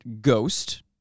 ghost